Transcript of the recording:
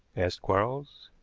asked quarles.